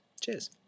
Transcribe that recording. Cheers